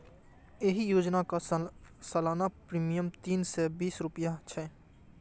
एहि योजनाक सालाना प्रीमियम तीन सय तीस रुपैया छै